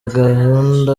gahunda